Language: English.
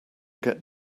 get